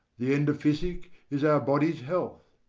the end of physic is our body's health.